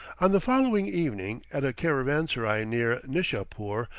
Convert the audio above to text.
on the following evening, at a caravanserai near nishapoor,